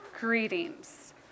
greetings